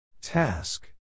Task